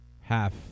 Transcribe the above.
half